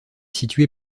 situé